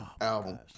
album